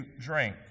drink